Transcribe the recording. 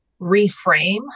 reframe